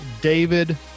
David